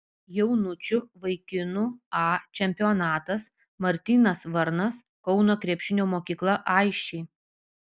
jaunučių vaikinų a čempionatas martynas varnas kauno krepšinio mokykla aisčiai